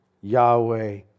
Yahweh